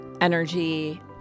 energy